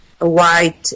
white